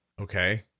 okay